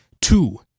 Two